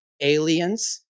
aliens